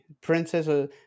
princess